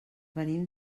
venim